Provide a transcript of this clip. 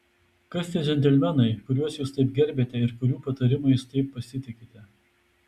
kas tie džentelmenai kuriuos jūs taip gerbiate ir kurių patarimais taip pasitikite